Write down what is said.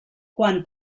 quan